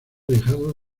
dejado